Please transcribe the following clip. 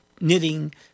knitting